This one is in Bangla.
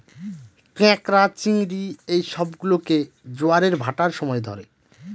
ক্যাঁকড়া, চিংড়ি এই সব গুলোকে জোয়ারের ভাঁটার সময় ধরে